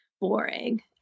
boring